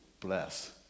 bless